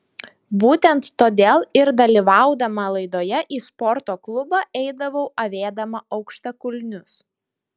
būtent todėl ir dalyvaudama laidoje į sporto klubą eidavau avėdama aukštakulnius